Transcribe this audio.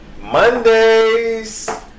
Mondays